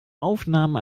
aufnahmen